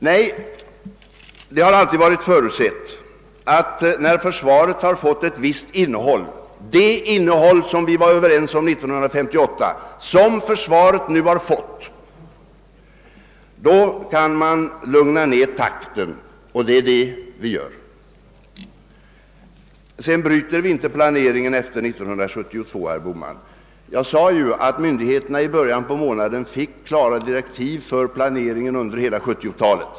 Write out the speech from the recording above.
Nej, det har alltid förutsetts att, när försvaret fått det innehåll som vi var överens om 1958 och som det nu har, kan takten lugnas ned. Det är också det som sker. Vi bryter inte planeringen efter 1972, herr Bohman. Jag sade ju att myndigheterna i början av månaden fick klara direktiv för planeringen under hela 1970-talet.